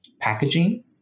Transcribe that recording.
packaging